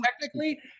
technically